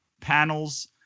panels